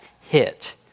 hit